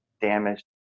damaged